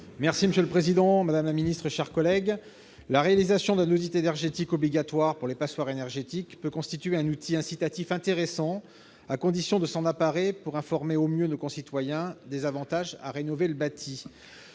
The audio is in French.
est ainsi libellé : La parole est à M. Éric Gold. La réalisation d'un audit énergétique obligatoire pour les passoires énergétiques peut constituer un outil incitatif intéressant, à condition de s'en emparer pour informer au mieux nos concitoyens des avantages à rénover le bâti.